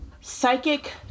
psychic